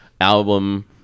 album